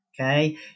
okay